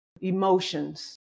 emotions